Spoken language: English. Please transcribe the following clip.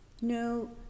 No